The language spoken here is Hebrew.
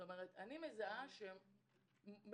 אני מזהה שמחנכות,